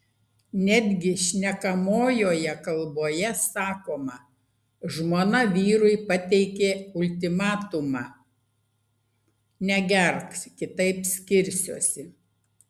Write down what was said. netgi šnekamojoje kalboje sakoma žmona vyrui pateikė ultimatumą negerk kitaip skirsiuosi